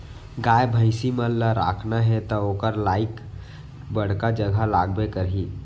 गाय भईंसी मन ल राखना हे त ओकर लाइक बड़का जघा लागबे करही